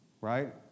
right